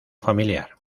familiar